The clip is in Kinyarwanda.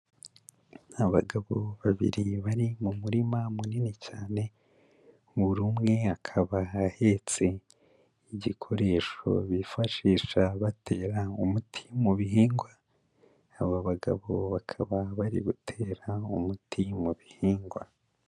Abagabo babiri bari mu murima munini cyane, buri umwe akaba ahetse igikoresho bifashisha batera umuti mu bihingwa, aba bagabo bakaba bari gutera umuti mu bihingwa.